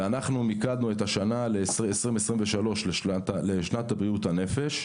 מיקדנו את השנה, שנת 2023, כשנת בריאות הנפש.